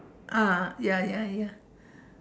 ah ya ya ya